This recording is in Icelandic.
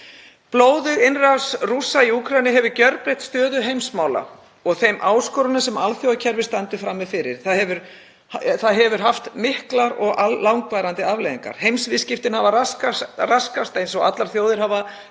Blóðug innrás Rússa í Úkraínu hefur gjörbreytt stöðu heimsmála og þeim áskorunum sem alþjóðakerfið stendur frammi fyrir. Það hefur haft miklar og langvarandi afleiðingar. Heimsviðskiptin hafa raskast, eins og allar þjóðir hafa